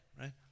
Right